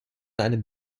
einem